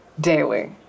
daily